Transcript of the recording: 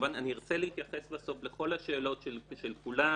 אני ארצה להתייחס בסוף לכל השאלות של כולם.